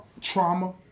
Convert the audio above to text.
trauma